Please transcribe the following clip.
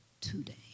today